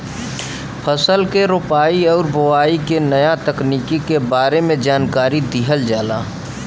फसल के रोपाई आउर बोआई के नया तकनीकी के बारे में जानकारी दिहल जाला